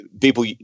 people